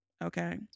Okay